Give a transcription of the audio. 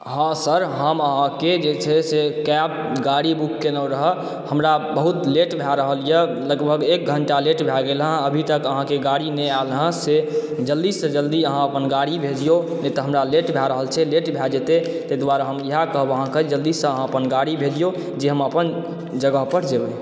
हँ सर हम अहाँके जे छै से कैब गाड़ी बुक केने रह हमरा बहुत लेट भए रहल यऽ लगभग एक घंटा लेट भए गेल हँ अभी तक अहाँके गाड़ी नहि आयल हँ से जल्दी सॅं जल्दी अहाँ अपन गाड़ी भेजियौ नहि तऽ हमरा लेट भए रहल छै लेट भए जेतय तै दुआरे हम इएहै कहब अहाँके जे जल्दीसॅं अहाँ अपन गाड़ी भेजियौ जे हम अपन जगह पर जेबै